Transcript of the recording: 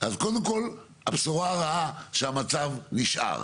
אז קודם כל הבשורה הרעה שהמצב נשאר,